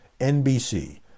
NBC